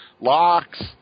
locks